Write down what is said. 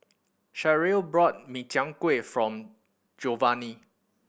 Sharyl bought Min Chiang Kueh form Jovany